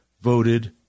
voted